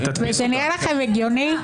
נראה לך הגיוני?